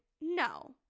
No